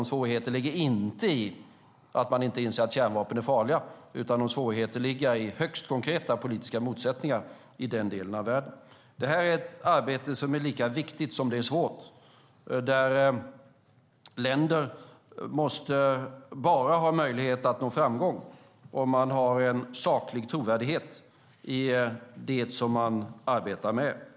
Svårigheterna ligger inte i att man inte inser att kärnvapen är farliga, utan svårigheterna ligger i högst konkreta politiska motsättningar i den delen av världen. Det här är ett arbete som är lika viktigt som det är svårt. Länder måste bara ha möjlighet att nå framgång om de har en saklig trovärdighet i det som de arbetar med.